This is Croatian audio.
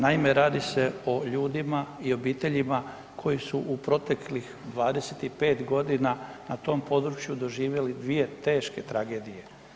Naime, radi se o ljudima i obiteljima koji su u proteklih 25 g. na tom području doživjeli dvije teške tragedije.